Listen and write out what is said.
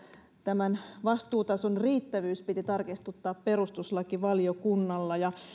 tämän vastuutason riittävyys piti tarkistuttaa perustuslakivaliokunnalla ja